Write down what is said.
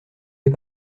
les